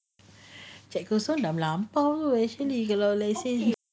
cheque kosong dah melampau kot actually kalau let's say